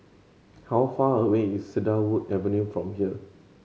how far away is Cedarwood Avenue from here